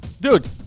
Dude